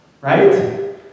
right